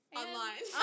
online